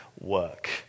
work